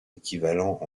équivalent